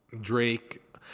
Drake